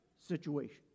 situation